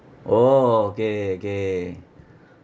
orh okay okay